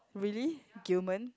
really Gillman